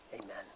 Amen